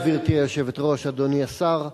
גברתי היושבת-ראש, אדוני השר,